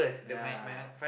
ya